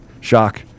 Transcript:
Shock